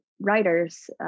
writers